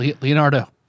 Leonardo